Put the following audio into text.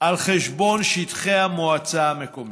על חשבון שטחי המועצה המקומית.